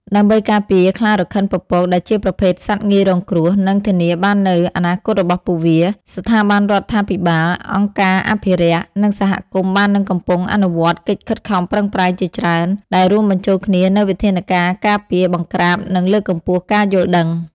ដើម្បីការពារខ្លារខិនពពក ដែលជាប្រភេទសត្វងាយរងគ្រោះ និងធានាបាននូវអនាគតរបស់ពួកវា ស្ថាប័នរដ្ឋាភិបាល អង្គការអភិរក្ស និងសហគមន៍បាននិងកំពុងអនុវត្តកិច្ចខិតខំប្រឹងប្រែងជាច្រើន ដែលរួមបញ្ចូលគ្នានូវវិធានការការពារ បង្ក្រាប និងលើកកម្ពស់ការយល់ដឹង។